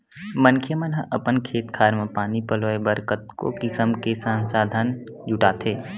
मनखे मन ह अपन खेत खार म पानी पलोय बर कतको किसम के संसाधन जुटाथे